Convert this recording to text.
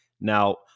Now